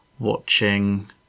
watching